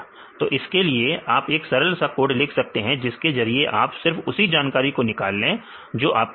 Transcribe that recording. तो इसके लिए आप एक सरल सा कोड लिख सकते हैं जिसके जरिए आप सिर्फ उसी जानकारी को निकाल ले जो आपको चाहिए